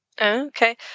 Okay